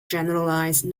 generalize